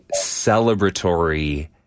celebratory